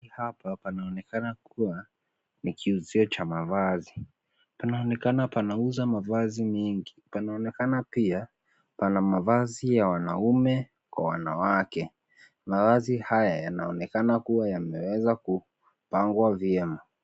Hapa panaonekana kuwa ni kiuzio cha mavazi. Panaonekana panauza mavazi mengi. Panaonekana pia pana mavazi ya wanaume kwa wanawake. Mavazi haya yanaonekana kuwa yameweza kupangwa vyema.